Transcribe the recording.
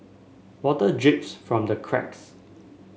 water drips from the cracks